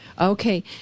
Okay